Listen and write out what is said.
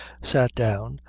sat down,